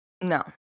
No